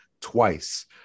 twice